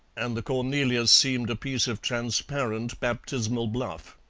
and the cornelius seemed a piece of transparent baptismal bluff.